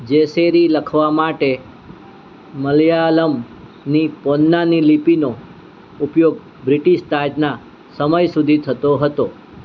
જેસેરી લખવા માટે મલયાલમની પોન્નાની લિપિનો ઉપયોગ બ્રિટિશ તાજના સમય સુધી થતો હતો